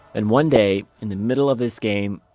and one day, in the middle of this game,